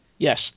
Yes